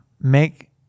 make